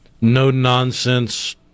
no-nonsense